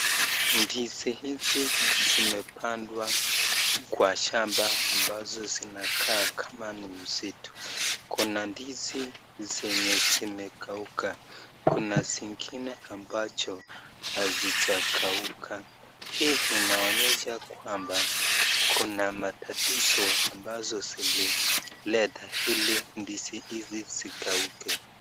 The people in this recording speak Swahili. Ndizi hizi zimepandwa kwa shamba ambazo zinakaa kama ni msitu, kuna ndizi zenye zimekauka kuna zingine ambacho hazijakauka, hii inaonyesha kwamba kuna matatizo ambazo zilileta ili ndizi hizi zikauke.